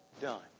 done